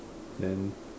then